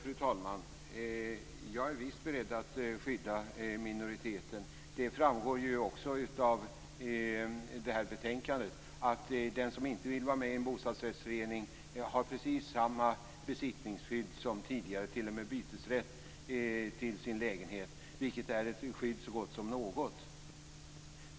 Fru talman! Jag är visst beredd att skydda minoriteter. Det framgår ju också av betänkandet att den som inte vill vara med i en bostadsrättsförening har precis samma besittningsskydd som tidigare och t.o.m. bytesrätt, vilket är ett skydd så gott som något.